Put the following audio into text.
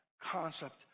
concept